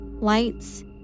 lights